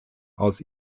aus